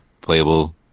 playable